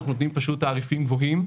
אנחנו נותנים תעריפים גבוהים,